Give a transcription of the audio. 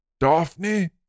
Daphne